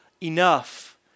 enough